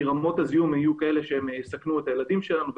כי רמות הזיהום יהיו כאלו שיסכנו את הילדים שלנו.